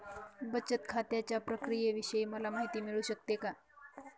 बचत खात्याच्या प्रक्रियेविषयी मला माहिती मिळू शकते का?